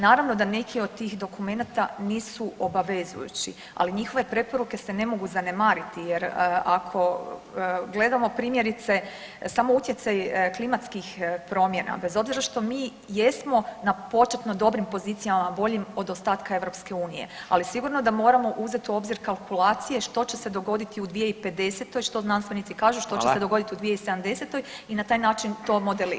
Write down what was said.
Naravno da neki od tih dokumenata nisu obavezujući, ali njihove preporuke se ne mogu zanemariti jer ako gledamo primjerice samo utjecaj klimatskih promjena bez obzira što mi jesmo na početno dobrim pozicijama, boljim od ostatka EU, ali sigurno da moramo uzet u obzir kalkulacije što će se dogoditi u 2050., što znanstvenici kažu, što će se dogoditi u 2070. i na taj način to modelirati.